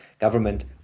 government